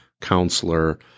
counselor